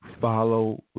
follow